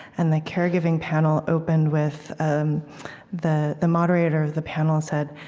and the caregiving panel opened with um the the moderator of the panel said,